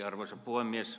arvoisa puhemies